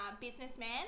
businessman